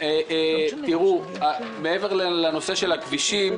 מעבר לנושא הכבישים,